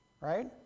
right